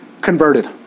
Converted